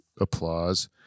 applause